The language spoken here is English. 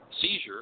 seizure